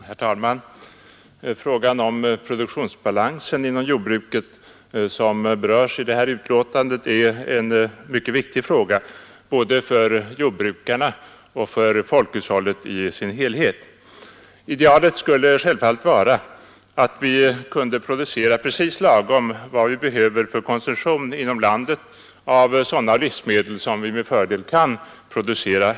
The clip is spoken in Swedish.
Herr talman! Frågan om produktionsbalansen inom jordbruket, som berörts i detta betänkande, är en mycket viktig fråga, både för jordbrukarna och för folkhushållet i dess helhet. Idealet skulle självfallet vara att vi kunde producera precis lagom mycket för att täcka konsumtionen inom landet av sådana livsmedel som vi med fördel kan producera.